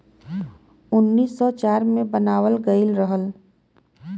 उन्नीस सौ चार मे बनावल गइल रहल